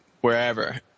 wherever